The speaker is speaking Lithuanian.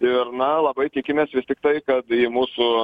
ir na labai tikimės vis tiktai kad mūsų